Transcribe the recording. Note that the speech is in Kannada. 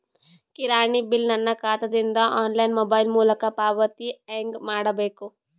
ಕಿರಾಣಿ ಬಿಲ್ ನನ್ನ ಖಾತಾ ದಿಂದ ಆನ್ಲೈನ್ ಮೊಬೈಲ್ ಮೊಲಕ ಪಾವತಿ ಹೆಂಗ್ ಮಾಡಬೇಕು?